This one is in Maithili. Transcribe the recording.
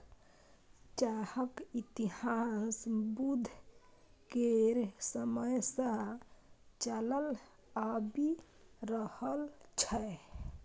चाहक इतिहास बुद्ध केर समय सँ चलल आबि रहल छै